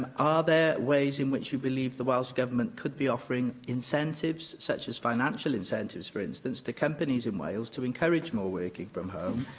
are there ways in which you believe the welsh government could be offering incentives, such as financial incentives, for instance, to companies in wales to encourage more working from home?